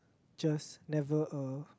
just never uh